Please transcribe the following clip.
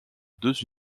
deux